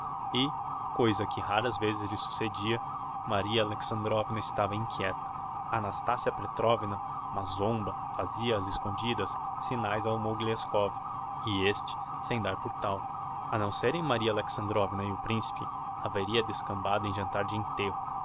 e coisa que raras vezes lhe succedia maria alexandrovna estava inquieta a nastassia petrovna mazomba fazia ás escondidas signaes ao mozgliakov e este sem dar por tal a não serem maria alexandrovna e o principe haveria descambado em jantar de enterro